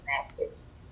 masters